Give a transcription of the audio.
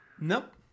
Nope